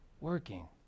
working